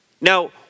Now